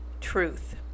Truth